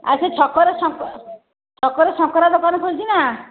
ଆଉ ସେ ଛକରେ ଛକରେ ଶଙ୍କରା ଦୋକାନ ଖୋଲିଛି ନା